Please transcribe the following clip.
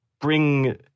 bring